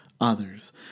others